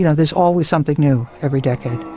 you know there's always something new every decade.